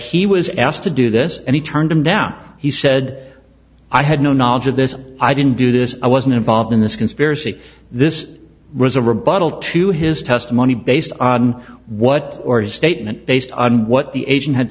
he was asked to do this and he turned him down he said i had no knowledge of this i didn't do this i wasn't involved in this conspiracy this was a rebuttal to his testimony based on what or his statement based on what the agent had